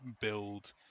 build